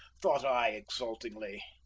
thought i exultingly,